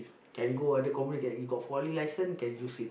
can go other company you got forklift license can use it